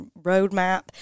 roadmap